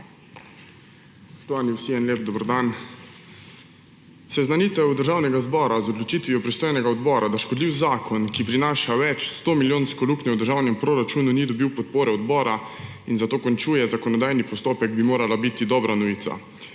Spoštovani vsi, lep dober dan! Seznanitev Državnega zbora z odločitvijo pristojnega odbora, da škodljiv zakon, ki prinaša več 100-milijonsko luknjo v državnem proračunu, ni dobil podpore odbora in zato končuje zakonodajni postopek, bi morala biti dobra novica.